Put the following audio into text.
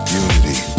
unity